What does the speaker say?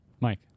Mike